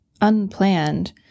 unplanned